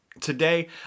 Today